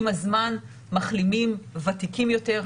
עם הזמן מחלימים ותיקים יותר,